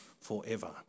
forever